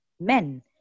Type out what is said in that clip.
men